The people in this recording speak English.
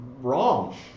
wrong